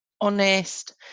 honest